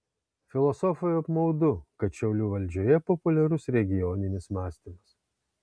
filosofui apmaudu kad šiaulių valdžioje populiarus regioninis mąstymas